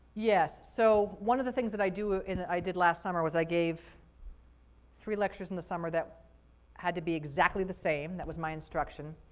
yes, so one of the things that i do and i did last summer was i gave three lectures in the summer that had to be exactly the same. that was my instruction,